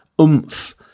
oomph